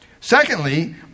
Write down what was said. Secondly